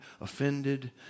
offended